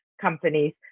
companies